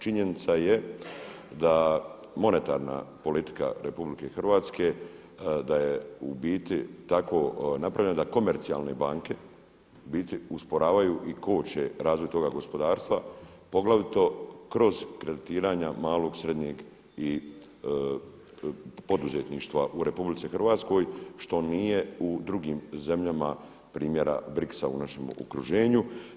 Činjenica je da monetarna politika RH, da je u biti tako napravljena da komercijalne banke u biti usporavaju i koče razvoj toga gospodarstva poglavito kroz kreditiranja malog, srednjeg i poduzetništva u RH što nije u drugim zemljama primjera Brixa u našem okruženju.